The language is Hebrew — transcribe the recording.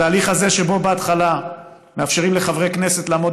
התהליך הזה שבו בהתחלה מאפשרים לחברי כנסת לעמוד